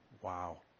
Wow